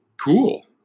cool